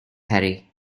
harry